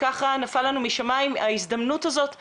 וככה נפל לנו משמיים ההזדמנות הזאת לקדם,